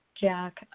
Jack